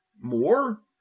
More